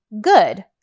good